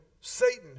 Satan